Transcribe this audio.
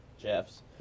Jeff's